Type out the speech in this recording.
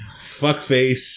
Fuckface